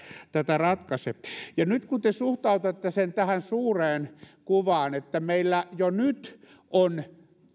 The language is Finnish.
tätä ratkaise nyt kun te suhteutatte sen tähän suureen kuvaan että meillä jo nyt on